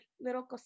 little